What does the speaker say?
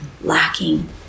lacking